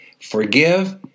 forgive